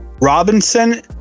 Robinson